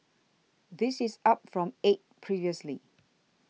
this is up from eight previously